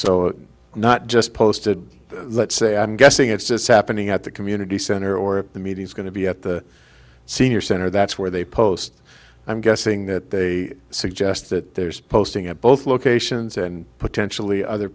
so not just posted let's say i'm guessing it's just happening at the community center or the media is going to be at the senior center that's where they post i'm guessing that they suggest that there's posting at both locations and potentially other